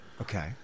Okay